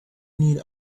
need